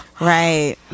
right